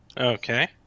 Okay